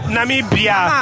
Namibia